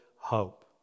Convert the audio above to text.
hope